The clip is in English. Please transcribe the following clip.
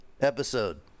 episode